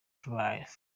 drive